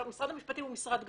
משרד המשפטים הוא משרד גדול.